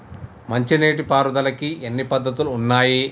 మంచి నీటి పారుదలకి ఎన్ని పద్దతులు ఉన్నాయి?